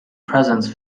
presence